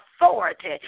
authority